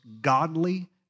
godly